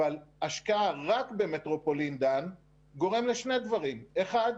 אבל השקעה רק במטרופולין דן גורמת לשני דברים: האחד,